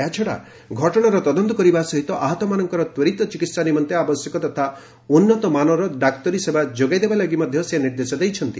ଏହାଛଡ଼ା ଘଟଣାର ତଦନ୍ତ କରିବା ସହିତ ଆହତମାନଙ୍କର ତ୍ୱରିତ ଚିକିତ୍ସା ନିମନ୍ତେ ଆବଶ୍ୟକ ତଥା ଉନ୍ତମାନର ଡାକ୍ତରୀ ସେବା ଯୋଗାଇ ଦେବାଲାଗି ସେ ନିର୍ଦ୍ଦେଶ ଦେଇଛନ୍ତି